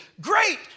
Great